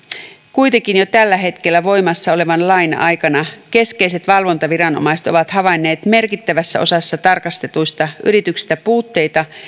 kuitenkin jo tällä hetkellä voimassa olevan lain aikana keskeiset valvontaviranomaiset ovat havainneet merkittävässä osassa tarkastetuista yrityksistä puutteita